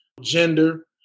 gender